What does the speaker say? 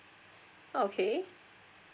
okay